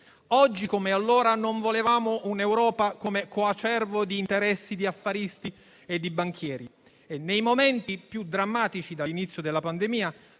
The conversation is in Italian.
Oggi come allora non volevamo un'Europa come coacervo di interessi di affaristi e di banchieri. Ricordo agli smemorati che nei momenti più drammatici dall'inizio della pandemia